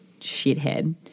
shithead